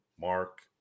Mark